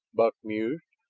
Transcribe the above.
buck mused,